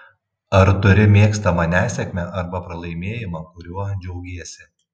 ar turi mėgstamą nesėkmę arba pralaimėjimą kuriuo džiaugiesi